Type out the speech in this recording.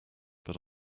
but